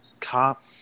cop